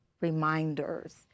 reminders